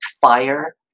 fire